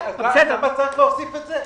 אז למה צריך להוסיף את זה?